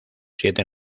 siete